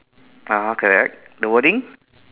(uh huh) correct the wording